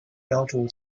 标注